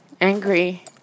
angry